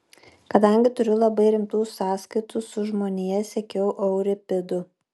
kadangi turiu labai rimtų sąskaitų su žmonija sekiau euripidu